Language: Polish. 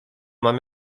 mam